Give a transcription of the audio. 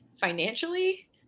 financially